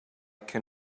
can